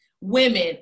women